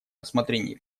рассмотрении